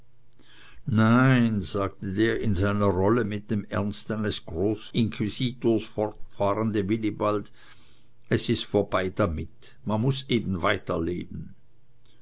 nein sagte der in seiner rolle mit dem ernst eines großinquisitors fortfahrende wilibald es ist vorbei damit aber man muß eben weiterleben